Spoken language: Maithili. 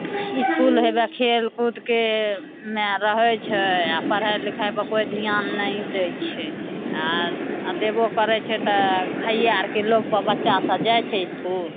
इसकुल हेबे खेलकूदकेमे रहै छै आओर पढ़ाइ लिखाइपर कोइ धिआन नहि दै छै आओर आओर देबो करै छै तऽ खाइए आओरके लोभपर बच्चासभ जाइ छै इसकुल